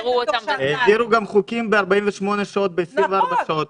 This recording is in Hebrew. העבירו גם חוקים ב-48 שעות ו ב-24 שעות.